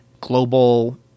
global